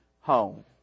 home